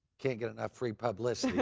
can't get enough free publicity,